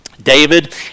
David